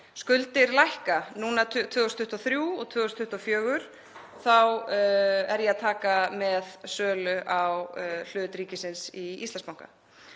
Skuldir lækka núna 2023 og 2024. Þá tek ég með sölu á hlut ríkisins í Íslandsbanka.